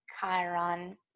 Chiron